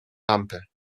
lampę